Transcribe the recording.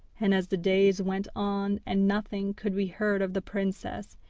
and as the days went on, and nothing could be heard of the princess,